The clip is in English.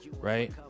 right